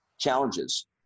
Challenges